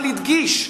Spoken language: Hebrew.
אבל הדגיש,